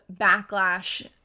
backlash